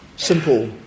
Simple